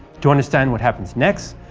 to understand what happens next,